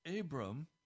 Abram